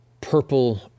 purple